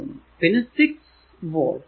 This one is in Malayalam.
പിന്നെ 6 വോൾട്